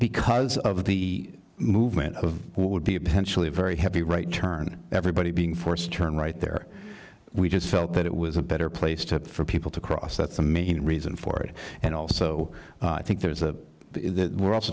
because of the movement of what would be a potentially very heavy right turn everybody being forced to turn right there we just felt that it was a better place to for people to cross that's the main reason for it and also i think there's a we're also